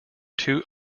two